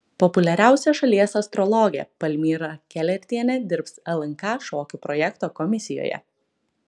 populiariausia šalies astrologė palmira kelertienė dirbs lnk šokių projekto komisijoje